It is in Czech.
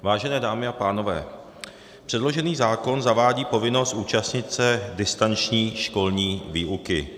Vážené dámy a pánové, předložený zákon zavádí povinnost účastnit se distanční školní výuky.